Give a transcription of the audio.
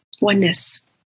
Oneness